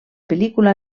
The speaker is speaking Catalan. pel·lícula